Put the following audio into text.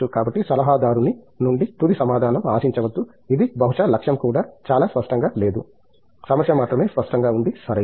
కాబట్టి సలహాదారుని నుండి తుది సమాధానం ఆశించవద్దు ఇది బహుశా లక్ష్యం కూడా చాలా స్పష్టంగా లేదు సమస్య మాత్రమే స్పష్టంగా ఉంది సరియైనది